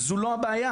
זו לא הבעיה.